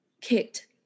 kicked